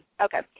Okay